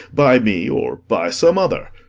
by me or by some other.